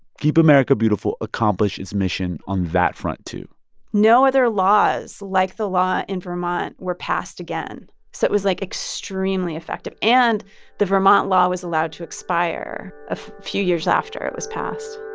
keep america beautiful accomplished its mission on that front, too no other laws like the law in vermont were passed again. so it was, like, extremely effective. and the vermont law was allowed to expire a few years after it was passed